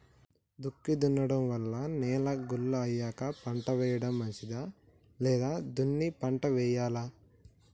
దుక్కి దున్నడం వల్ల నేల గుల్ల అయ్యాక పంట వేయడం మంచిదా లేదా దున్ని పంట వెయ్యాలా?